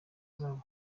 zabo